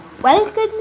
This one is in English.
Welcome